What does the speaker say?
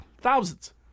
Thousands